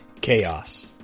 Chaos